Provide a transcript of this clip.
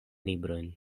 librojn